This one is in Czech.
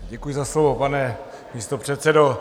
Děkuji za slovo, pane místopředsedo.